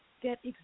get